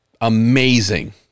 amazing